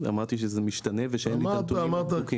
אמרתי שזה משתנה ושאין לי את הנתונים בדוקים.